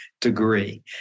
degree